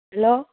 hello